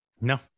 No